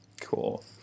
Cool